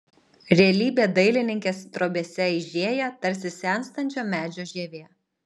realybė dailininkės drobėse aižėja tarsi senstančio medžio žievė